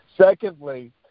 Secondly